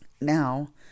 now